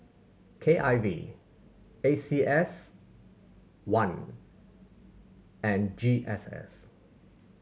K I V A C S one and G S S